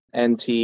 NT